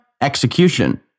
Execution